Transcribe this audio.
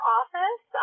office